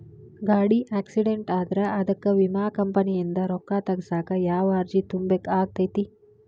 ಗಾಡಿ ಆಕ್ಸಿಡೆಂಟ್ ಆದ್ರ ಅದಕ ವಿಮಾ ಕಂಪನಿಯಿಂದ್ ರೊಕ್ಕಾ ತಗಸಾಕ್ ಯಾವ ಅರ್ಜಿ ತುಂಬೇಕ ಆಗತೈತಿ?